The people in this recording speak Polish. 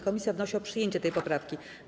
Komisja wnosi o przyjęcie tej poprawki.